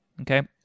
okay